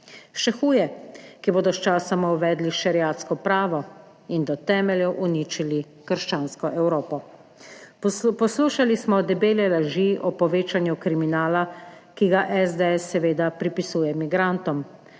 Še huje, ki bodo sčasoma uvedli šeriatsko pravo in do temeljev uničili krščansko Evropo. Poslušali smo debele laži o povečanju kriminala, ki ga SDS seveda pripisuje migrantom.